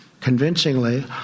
convincingly